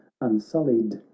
unsullied